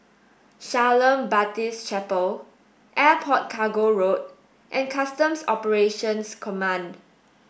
Shalom Baptist Chapel Airport Cargo Road and Customs Operations Command